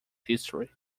history